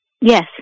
Yes